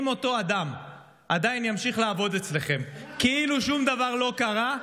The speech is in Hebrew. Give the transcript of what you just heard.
אם אותו אדם עדיין ימשיך לעבוד אצלכם כאילו שום דבר לא קרה,